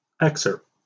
Excerpt